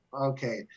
okay